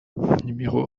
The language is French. numéro